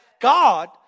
God